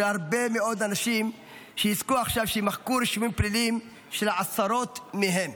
הרבה מאוד אנשים יזכו עכשיו שיימחקו להם רישומים פליליים של עשרות מהם.